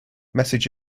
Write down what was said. message